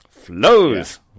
Flows